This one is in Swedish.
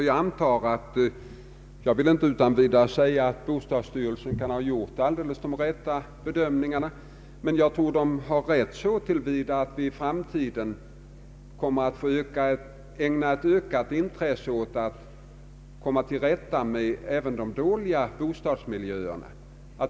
Jag vill inte utan vidare säga att bostadsstyrelsen på alla punkter kanske gjort de helt riktiga bedömningarna, men jag tror att de är riktiga så till vida att vi i framtiden blir tvungna att ägna ett större intresse åt att komma till rätta även med de dåliga bostadsmiljöerna.